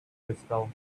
crystal